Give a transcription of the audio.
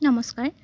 নমস্কাৰ